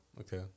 Okay